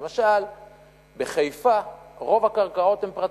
למשל בחיפה, רוב הקרקעות הן פרטיות,